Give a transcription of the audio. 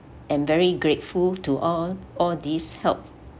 am very grateful to all all these help